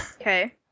Okay